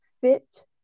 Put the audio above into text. Fit